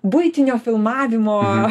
buitinio filmavimo